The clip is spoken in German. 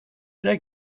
der